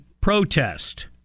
protest